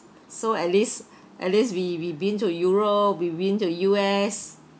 so at least at least we we been to europe we been to U_S